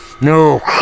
No